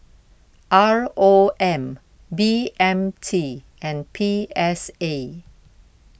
R O M B M T and P S A